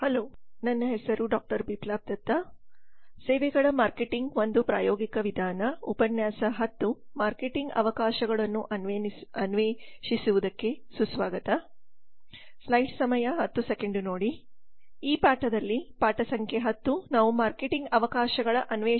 ಈ ಪಾಠದಲ್ಲಿ ಪಾಠ ಸಂಖ್ಯೆ 10 ನಾವು ಮಾರ್ಕೆಟಿಂಗ್ ಅವಕಾಶಗಳ ಅನ್ವೇಷಿಸುವ ಭಾಗ ಒಂದರ ಬಗ್ಗೆ ಚರ್ಚಿಸಲಿದ್ದೇವೆ